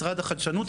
משרד החדשנות,